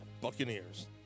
Buccaneers